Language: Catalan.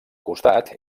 costat